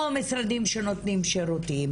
או משרדים שנותנים שירותים